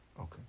Okay